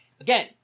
again